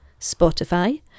Spotify